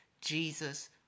Jesus